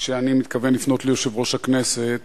שאני מתכוון לפנות אל יושב-ראש הכנסת